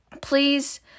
please